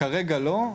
כרגע לא.